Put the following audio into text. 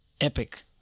epic